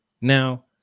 Now